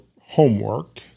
homework